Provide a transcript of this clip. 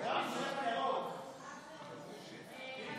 שיעור ההשתתפות בכוח העבודה ולצמצום פערים